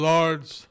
Lord's